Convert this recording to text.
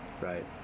Right